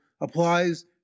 applies